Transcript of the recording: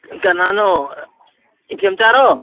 ꯀꯅꯥꯅꯣ ꯏꯊꯦꯝꯆꯥꯔꯣ